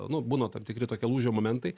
nu būna tam tikri tokie lūžio momentai